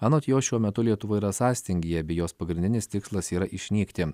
anot jo šiuo metu lietuva yra sąstingyje abi jos pagrindinis tikslas yra išnykti